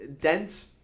dense